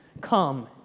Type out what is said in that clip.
Come